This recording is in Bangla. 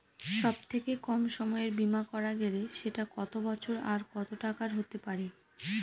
সব থেকে কম সময়ের বীমা করা গেলে সেটা কত বছর আর কত টাকার হতে পারে?